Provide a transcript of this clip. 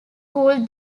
cooled